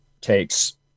takes